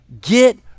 Get